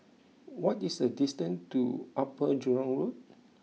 what is the distance to Upper Jurong Road